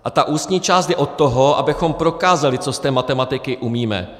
A ta ústní část je od toho, abychom prokázali, co z té matematiky umíme.